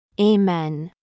Amen